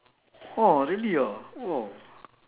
!wow! really ah !wow!